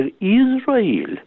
Israel